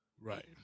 Right